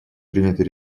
принятой